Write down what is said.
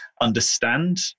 understand